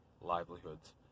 livelihoods